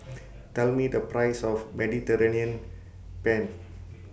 Tell Me The Price of Mediterranean Penne